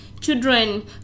children